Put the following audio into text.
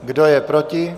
Kdo je proti?